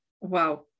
Wow